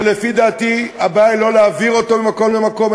ולפי דעתי הבעיה היא לא להעביר אותו ממקום למקום,